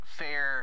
fair